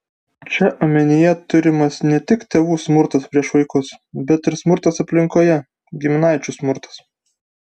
čia omenyje turimas ne tik tėvų smurtas prieš vaikus bet ir smurtas aplinkoje giminaičių smurtas